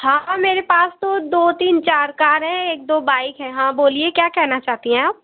हाँ मेरे पास तो दो तीन चार कार हैं एक दो बाइक हैं हाँ बोलिए क्या कहना चाहती हैं आप